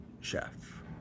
chef